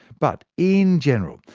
but in general,